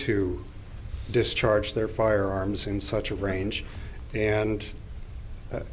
to discharge their firearms in such a range and